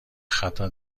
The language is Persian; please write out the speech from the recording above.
خطا